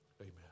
Amen